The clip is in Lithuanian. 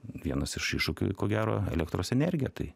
vienas iš iššūkių ko gero elektros energija tai